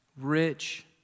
rich